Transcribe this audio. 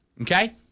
Okay